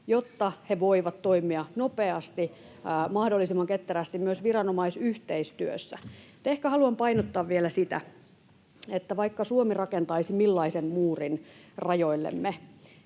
jotta he voivat toimia nopeasti, mahdollisimman ketterästi myös viranomaisyhteistyössä. Ehkä haluan painottaa vielä sitä, että vaikka Suomi rakentaisi millaisen muurin rajoillemme,